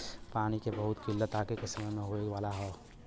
पानी के बहुत किल्लत आगे के समय में होए वाला हौ